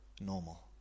normal